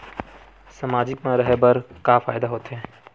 सामाजिक मा रहे बार का फ़ायदा होथे?